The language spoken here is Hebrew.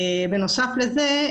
בנוסף לזה,